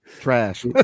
trash